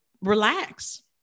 relax